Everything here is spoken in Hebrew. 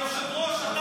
היושב-ראש,